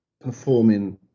performing